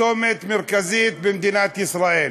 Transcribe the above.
צומת מרכזי במדינת ישראל.